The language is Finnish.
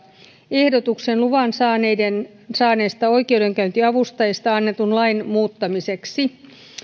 ehdotuksen luvan saaneista oikeudenkäyntiavustajista annetun lain muuttamiseksi